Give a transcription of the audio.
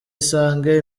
isange